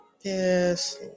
Yes